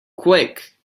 quick